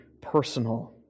personal